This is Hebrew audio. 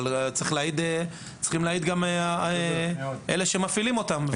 אבל צריכים להעיד גם אלה שמפעילים אותם.